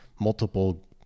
multiple